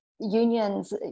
unions